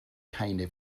keine